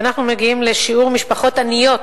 ואנחנו מגיעים לשיעור משפחות עניות,